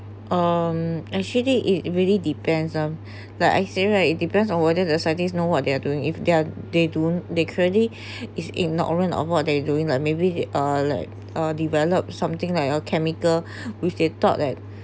um actually it really depends ah like I say right it depends on whether the scientist know what they're doing if they're they don't they currently is ignorant of what they doing like maybe he uh like uh develop something like uh chemical with the thought that